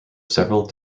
several